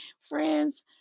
Friends